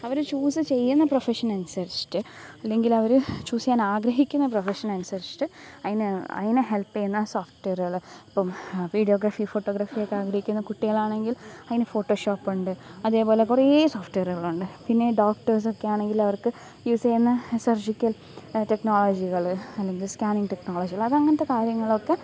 അവര് ചൂസ് ചെയ്യുന്ന പ്രൊഫഷൻ അനുസരിച്ചിട്ട് അല്ലെങ്കിൽ അവര് ചൂസ് ചെയ്യാൻ ആഗ്രഹിക്കുന്ന പ്രൊഫഷൻ അനുസരിച്ചിട്ട് അതിനെ അതിനെ ഹെൽപെയ്യുന്ന സോഫ്റ്റ്വെയറുകള് ഇപ്പോള് വീഡിയോഗ്രാഫി ഫോട്ടോഗ്രാഫി ഒക്കെ ആഗ്രഹിക്കുന്ന കുട്ടികളാണെങ്കിൽ അതിന് ഫോട്ടോഷോപ്പ് ഉണ്ട് അതേപോലെ കുറേ സോഫ്റ്റ്വെയറുകൾ ഉണ്ട് പിന്നെ ഡോക്ടർസ്സൊക്കെയാണെങ്കിൽ അവർക്ക് യൂസേയ്യുന്ന സർജിക്കൽ ടെക്നോളജികള് അല്ലെങ്കിൽ സ്കാനിംഗ് ടെക്നോളജികള് അത് അങ്ങനത്തെ കാര്യങ്ങളൊക്കെ